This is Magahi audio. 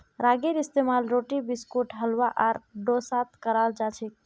रागीर इस्तेमाल रोटी बिस्कुट हलवा आर डोसात कराल जाछेक